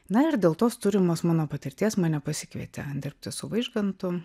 na ir dėl tos turimos mano patirties mane pasikvietė dirbti su vaižgantu